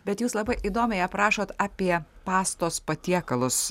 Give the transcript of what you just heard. bet jūs labai įdomiai aprašot apie pastos patiekalus